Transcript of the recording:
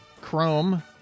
chrome